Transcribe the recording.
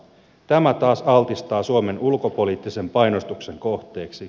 tämä taas altistaa suomen ulkopoliittisen painostuksen kohteeksi